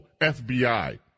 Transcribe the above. FBI